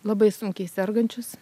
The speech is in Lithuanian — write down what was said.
labai sunkiai sergančius